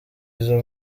izo